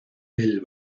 del